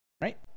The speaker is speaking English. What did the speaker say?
right